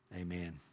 Amen